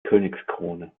königskrone